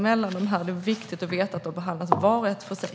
Det är viktigt att veta att tillståndsfrågorna bereds var och en för sig.